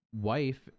wife